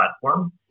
platform